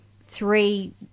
three